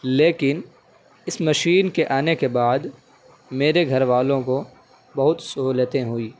لیکن اس مشین کے آنے کے بعد میرے گھر والوں کو بہت سہولتیں ہوئی